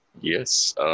yes